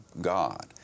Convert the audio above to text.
God